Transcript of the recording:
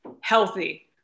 healthy